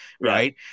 right